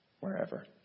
wherever